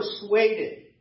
persuaded